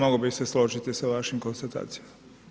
Mogao bih se složiti s vašim konstatacijama.